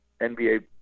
NBA